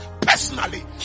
personally